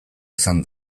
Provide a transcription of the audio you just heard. izan